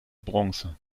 bronze